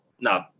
no